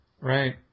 Right